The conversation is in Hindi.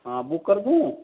हाँ बुक कर दूँ